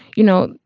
you know,